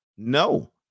No